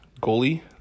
goalie